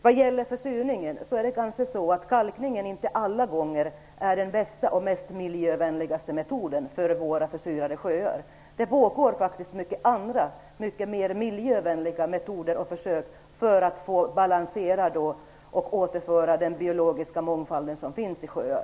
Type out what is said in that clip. Vad gäller försurningen är det kanske så att kalkningen inte alla gånger är den bästa och mest miljövänliga metoden för våra försurade sjöar. Andra mycket mera miljövänliga metoder används, och det pågår försök för att balansera och återföra den biologiska mångfalden som skall finnas i sjöar.